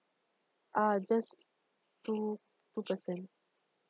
ah just two two person